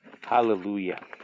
Hallelujah